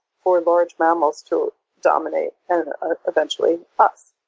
for large mammals to dominate, and ah eventually us.